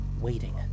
waiting